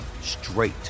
straight